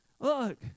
look